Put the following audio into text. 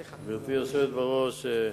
גברתי היושבת בראש,